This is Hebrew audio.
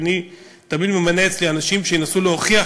ואני תמיד ממנה אצלי אנשים שינסו להוכיח